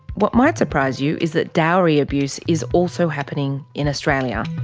what might surprise you is that dowry abuse is also happening in australia.